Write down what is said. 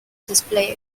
display